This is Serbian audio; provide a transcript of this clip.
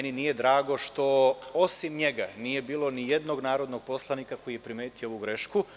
Nije mi drago što osim njega nije bilo nijednog drugog narodnog poslanika koji je primetio ovu grešku.